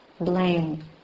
blame